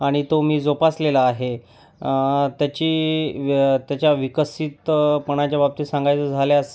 आणि तो मी जोपासलेला आहे त्याची व्य त्याच्या विकसितपणाच्या बाबतीत सांगायचं झाल्यास